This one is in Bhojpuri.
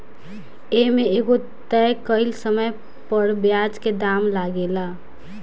ए में एगो तय कइल समय पर ब्याज के दाम लागेला